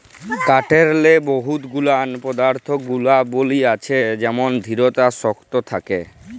কাঠেরলে বহুত গুলান পদাথ্থ গুলাবলী আছে যেমল দিঢ়তা শক্ত থ্যাকে